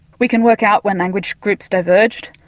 we can work out when language groups diverged,